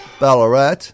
Ballarat